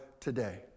today